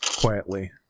quietly